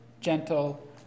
gentle